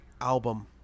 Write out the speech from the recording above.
album